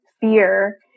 fear